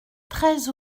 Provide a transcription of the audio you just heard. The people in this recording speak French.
treize